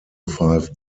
five